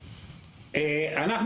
האם,